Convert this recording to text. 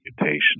mutation